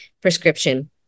prescription